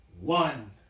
one